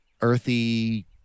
earthy